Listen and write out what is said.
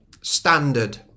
standard